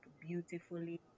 beautifully